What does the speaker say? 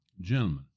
Gentlemen